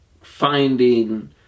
finding